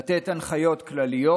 לתת הנחיות כלליות,